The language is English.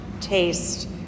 taste